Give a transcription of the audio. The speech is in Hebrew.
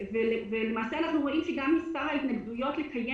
למעשה אנחנו רואים שגם מספר ההתנגדויות לקיים